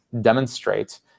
demonstrate